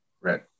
Right